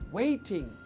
waiting